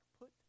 put